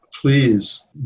please